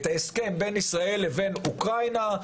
את ההסכם בין ישראל לבין אוקראינה,